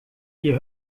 ihr